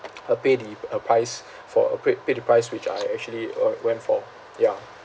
uh pay the uh price for uh paid pay the price which I actually uh went for ya